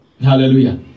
Hallelujah